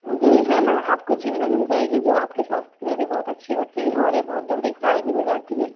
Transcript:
जी है न आपको झींगा मिल जाएगी जो आपके स्वास्थ्य के लिए भी बहुत अच्छी होती है और ये बहुत जल्दी फ्राय भी हो जाती है